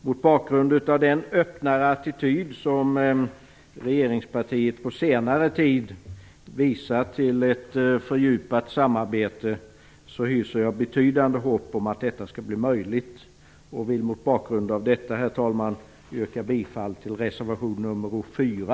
Mot bakgrund av den öppnare attityd som regeringspartiet på senare tid visat till ett fördjupat samarbete hyser jag betydande hopp om att detta skall bli möjligt. Jag yrkar härmed bifall till reservation nr 4.